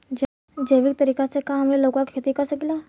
जैविक तरीका से का हमनी लउका के खेती कर सकीला?